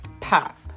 pop